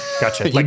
gotcha